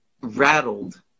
rattled